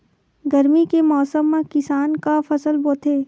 गरमी के मौसम मा किसान का फसल बोथे?